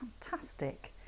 fantastic